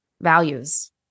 values